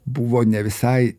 buvo ne visai